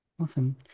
Awesome